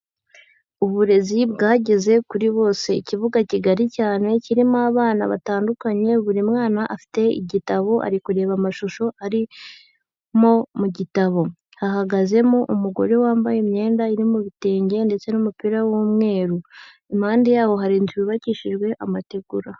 Uburezi bwageze kuri bose, ikibuga kigari cyane kirimo abana batandukanye, buri mwana afite igitabo ari kureba amashusho arimo mu gitabo, Hahagazemo umugore wambaye imyenda iri mu bitenge ndetse n'umupira w'umweru, impande yabo hari inzu yubakishijwe amategura.